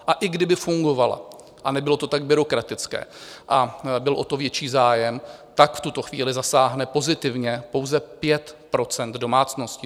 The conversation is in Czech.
A i kdyby fungovala, nebylo to tak byrokratické a byl o to větší zájem, v tuto chvíli zasáhnou pozitivně pouze 5 % domácností.